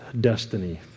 destiny